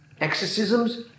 exorcisms